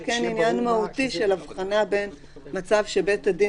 שהועלתה היא כן ענין מהותי של הבחנה בין מצב שבית הדין